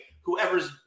whoever's